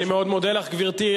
אני מאוד מודה לך, גברתי.